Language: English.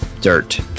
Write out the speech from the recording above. Dirt